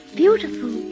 beautiful